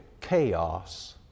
chaos